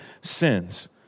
sins